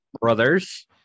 brothers